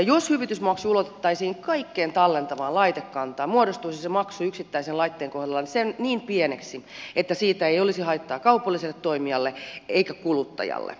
jos hyvitysmaksu ulotettaisiin kaikkeen tallentavaan laitekantaan muodostuisi se maksu yksittäisen laitteen kohdalla niin pieneksi että siitä ei olisi haittaa kaupalliselle toimijalle eikä kuluttajalle